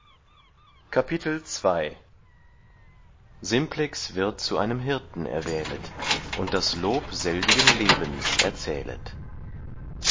simplex wird zu einem hirten erwählet und das lob selbigen lebens erzählet